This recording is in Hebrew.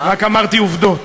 רק אמרתי עובדות.